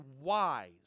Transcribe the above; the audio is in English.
wise